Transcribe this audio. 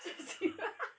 two zero